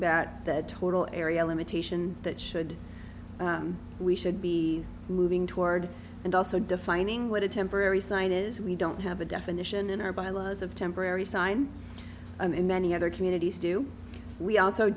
about the total area limitation that should we should be moving toward and also defining what a temporary site is we don't have a definition in our bylaws of temporary sign and many other communities do we also